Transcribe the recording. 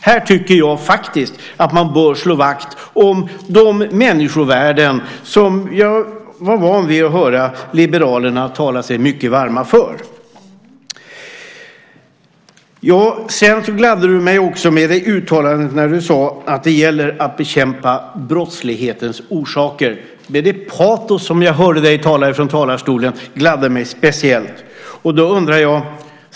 Här tycker jag faktiskt att man bör slå vakt om de människovärden som jag var van vid att höra liberalerna tala sig mycket varma för. Vidare gladde du mig med ditt uttalande om att det gäller att bekämpa brottslighetens orsaker. Det patos som jag hörde dig prata med här i talarstolen gladde mig speciellt.